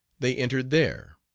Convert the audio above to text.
they entered there.